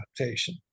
adaptation